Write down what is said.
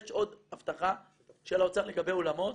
יש עוד הבטחה של האוצר לגבי אולמות.